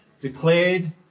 declared